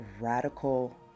radical